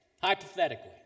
hypothetically